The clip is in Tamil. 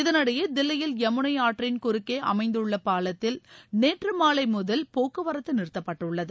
இதனிடையே தில்லியில் யமுனை ஆற்றின் குறுக்கே அமைந்துள்ள பாலத்தில் நேற்று மாலை முதல் போக்குவரத்து நிறுத்தப்பட்டுள்ளது